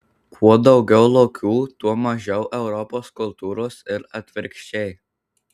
kuo daugiau lokių tuo mažiau europos kultūros ir atvirkščiai